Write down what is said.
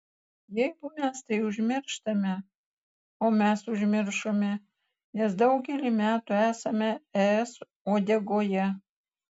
jeigu mes tai užmirštame o mes užmiršome nes daugelį metų esame es uodegoje